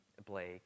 Blake